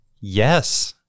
Yes